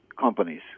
companies